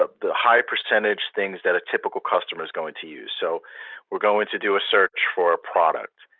the high-percentage things that a typical customer is going to use. so we're going to do a search for a product.